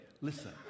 listen